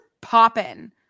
popping